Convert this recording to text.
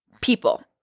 people